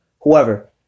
whoever